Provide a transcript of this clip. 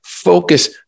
Focus